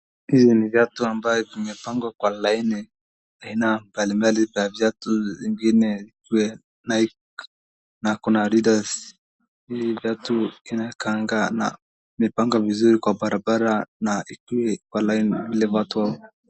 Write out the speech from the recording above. hizi ni viatu ambayo vimepangwa kwa laini aina mbalimbali ya viatu vingine nike na kuna addidas , hii viatu imepangwa vizuri kwa barabara na ikuwe kwa line